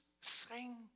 sing